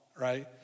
right